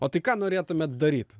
o tai ką norėtumėt daryt